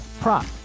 prop